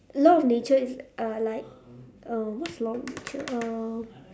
law of nature is uh like um what's law of nature uh